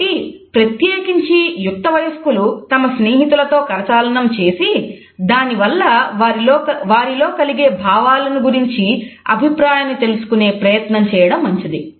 కాబట్టి ప్రత్యేకించి యుక్తవయస్కులు తమ స్నేహితులతో కరచాలనం చేసి దానివల్ల వారిలో కలిగె భావాలను గురించి అభిప్రాయాన్ని తెలుసుకునే ప్రయత్నం చేయడం మంచిది